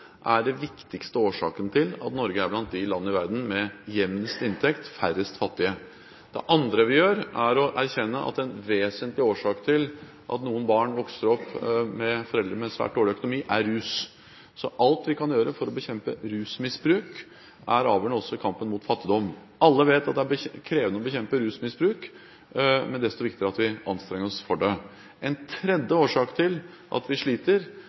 er den viktigste årsaken til at Norge er blant de land i verden med jevnest inntekt og færrest fattige. Det andre vi gjør, er å erkjenne at en vesentlig årsak til at noen barn vokser opp med foreldre med svært dårlig økonomi, er rus. Så alt vi kan gjøre for å bekjempe rusmisbruk, er avgjørende også i kampen mot fattigdom. Alle vet at det er krevende å bekjempe rusmisbruk, men det er desto viktigere at vi anstrenger oss for å gjøre det. En tredje årsak til at vi sliter,